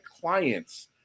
clients